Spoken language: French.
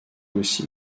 aussi